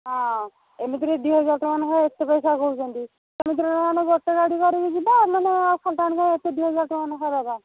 ହଁ ଏମିତିରେ ଦୁଇହଜାର ଟଙ୍କା ଲେଖାଁ ଏତେ ପଇସା କହୁଛନ୍ତି ସେମିତିରେ ନହେନେ ଗୋଟେ ଗାଡ଼ିକରିକି ଯିବା ନହେନେ ଆ ଖାଲିଟାରେ ଏତେ ଦୁଇହଜାର ଟଙ୍କା ଲେଖାଁ ଦେବା